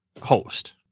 host